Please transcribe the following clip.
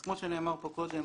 אז כמוש נאמר קודם,